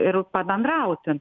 ir pabendrauti